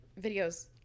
videos